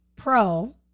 pro